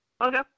Okay